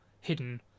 hidden